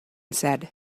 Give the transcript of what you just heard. said